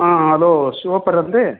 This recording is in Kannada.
ಹಾಂ ಅಲೋ ಶಿವಪ್ಪರೇನ್ರಿ